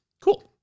Cool